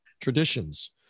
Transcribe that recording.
traditions